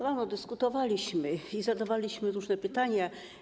Rano dyskutowaliśmy i zadawaliśmy różne pytania.